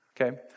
Okay